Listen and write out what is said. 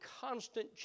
constant